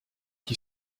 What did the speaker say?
qui